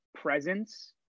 presence